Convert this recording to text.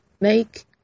make